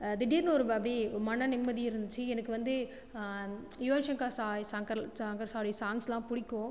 திடீர்னு ஒரு வ அப்படியே மனநிம்மதி இருந்துச்சி எனக்கு வந்து யுவன் ஷங்கர் சாய் சங்கர் சங்கர் சாரிஸ் சாங்ஸ்லாம் பிடிக்கும்